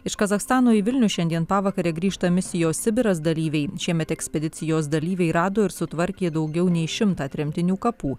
iš kazachstano į vilnių šiandien pavakare grįžta misijos sibiras dalyviai šiemet ekspedicijos dalyviai rado ir sutvarkė daugiau nei šimtą tremtinių kapų